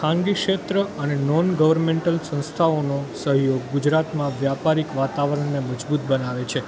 ખાનગી ક્ષેત્ર અને નોન ગવર્મેન્ટલ સંસ્થાઓનો સહયોગ ગુજરાતમાં વ્યાપારીક વાતાવરણને મજબૂત બનાવે છે